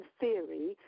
theory